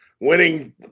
Winning